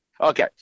Okay